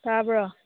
ꯇꯥꯕ꯭ꯔꯣ